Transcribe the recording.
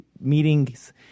meetings –